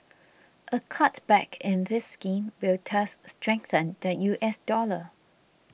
a cutback in this scheme will thus strengthen the US dollar